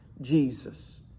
Jesus